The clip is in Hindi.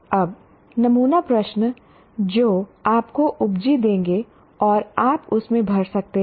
अब नमूना प्रश्न जो आपको उपजी देंगे और आप उसमें भर सकते हैं